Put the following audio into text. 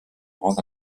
grands